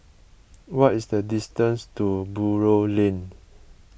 what is the distance to Buroh Lane